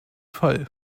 fall